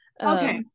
okay